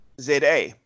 ZA